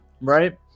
right